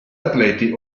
atleti